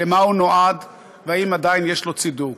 למה הוא נועד ואם עדיין יש לו צידוק.